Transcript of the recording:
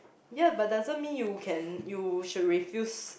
ya but doesn't you can you should refuse